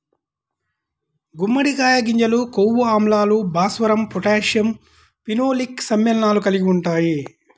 గుమ్మడికాయ గింజలు కొవ్వు ఆమ్లాలు, భాస్వరం, పొటాషియం, ఫినోలిక్ సమ్మేళనాలు కలిగి ఉంటాయి